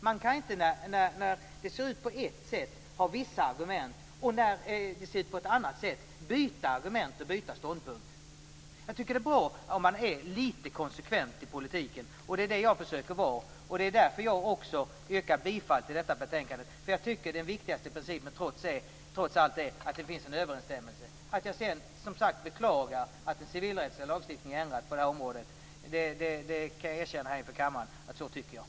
Man kan inte ha vissa argument när det ser ut på ett sätt och byta argument och ståndpunkt när det ser ut på ett annat sätt. Jag tycker att det är bra om man är lite konsekvent i politiken, och det är det jag försöker vara. Det är också därför jag yrkar bifall till detta betänkande, för jag tycker att den viktigaste principen trots allt är att det finns en överensstämmelse. Att jag sedan som sagt beklagar att den civilrättsliga lagstiftningen är ändrad på det här området kan jag erkänna inför kammaren.